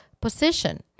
position